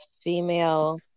female